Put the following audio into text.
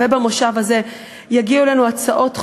במושב הזה יגיעו אלינו הצעות חוק.